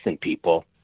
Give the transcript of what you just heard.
people